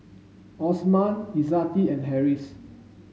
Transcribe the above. Osman Izzati and Harris